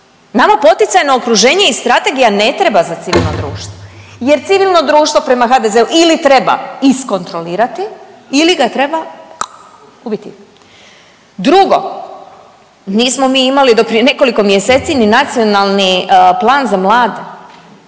Nama poticajno okruženje i strategija ne treba za civilno društvo jer civilno društvo prema HDZ-u ili treba iskontrolirati ili ga treba ubiti. Drugo, nismo mi imali do prije nekoliko mjeseci ni Nacionalni plan za mlade.